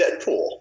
Deadpool